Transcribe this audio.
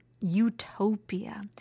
utopia